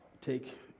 Take